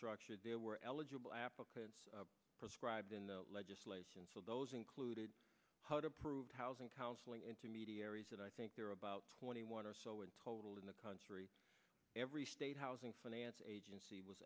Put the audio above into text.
structured there were eligible apple prescribed in the legislation so those included approved housing counseling intermediaries and i think there were about twenty one or so in total in the country every state housing finance agency was